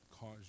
cause